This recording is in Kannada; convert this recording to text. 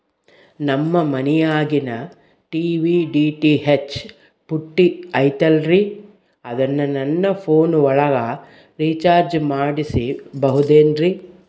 ನಮ್ಮ ಮನಿಯಾಗಿನ ಟಿ.ವಿ ಡಿ.ಟಿ.ಹೆಚ್ ಪುಟ್ಟಿ ಐತಲ್ರೇ ಅದನ್ನ ನನ್ನ ಪೋನ್ ಒಳಗ ರೇಚಾರ್ಜ ಮಾಡಸಿಬಹುದೇನ್ರಿ?